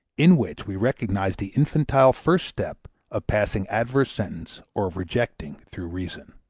in which we recognize the infantile first step of passing adverse sentence or of rejecting through reason.